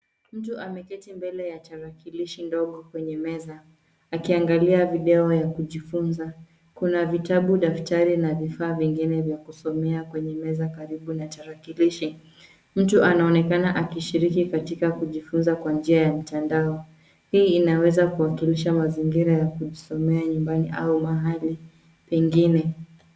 Mtu ameketi mbele ya tarakilishi ndogo kwenye meza akiangalia video ya kujifunza. Kuna vitabu, daftari na vifaa vingine vya kusomea kwenye meza karibu na tarakilishi. Mtu anaonekana akishiriki katika kujifunza kwa njia ya mtandao. Hii inaweza kuwakilisha mazingira ya kujisomea nyumbani au mahali pengine.